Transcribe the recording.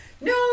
no